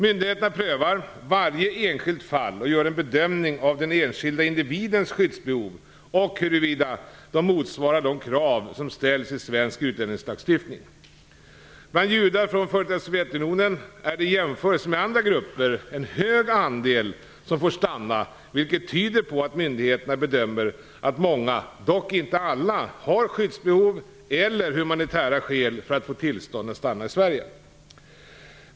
Myndigheterna prövar varje enskilt fall och gör en bedömning av den enskilda individens skyddsbehov och huruvida de motsvarar de krav som ställs i svensk utlänningslagstiftning. Bland judar från f.d. Sovjetunionen är det i jämförelse med andra grupper en hög andel som får stanna vilket tyder på att myndigheterna bedömer att många, dock inte alla, har skyddsbehov eller humanitära skäl för att få tillstånd att stanna i Sverige.